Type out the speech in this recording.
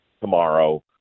tomorrow